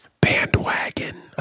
Bandwagon